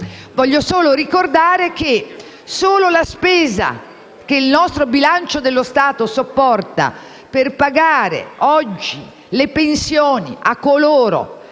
Vorrei ricordare la spesa che il nostro bilancio dello Stato sopporta per pagare oggi le pensioni a coloro